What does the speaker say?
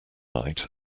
night